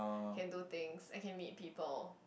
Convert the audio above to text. can do things I can meet people